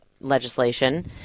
legislation